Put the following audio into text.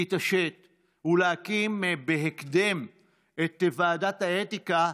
להתעשת ולהקים בהקדם את ועדת האתיקה,